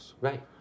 Right